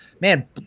man